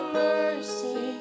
mercy